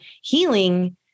healing